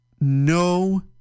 no